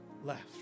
Left